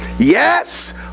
Yes